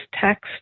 text